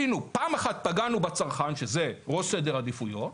פעם אחת פגענו בצרכן, שזה בראש סדר העדיפויות,